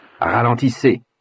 Ralentissez